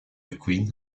mcqueen